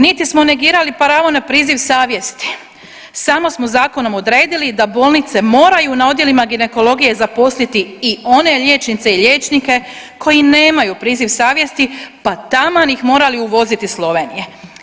Niti smo negirali pravo na priziv savjesti samo smo zakonom odredili da bolnice moraju na odjelima ginekologije zaposliti i one liječnice i liječnike koji nemaju priziv savjesti pa taman ih morali uvoziti iz Slovenije.